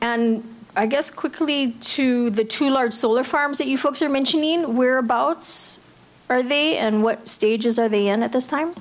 and i guess quickly to the true large solar farms that you folks are mention means whereabouts are they and what stages are they in at this time